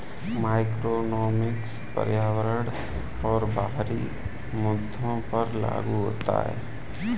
macroeconomics पर्यावरण और बाहरी मुद्दों पर लागू होता है